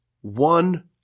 one